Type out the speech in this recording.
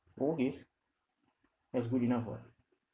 okay that's good enough [what]